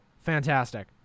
Fantastic